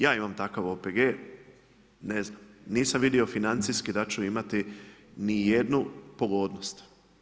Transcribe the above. Ja imam takav OPG, ne znam nisam vidio financijski da ću imati nijednu pogodnost.